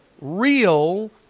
real